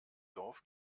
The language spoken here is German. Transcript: dorf